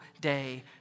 day